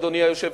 אדוני היושב-ראש,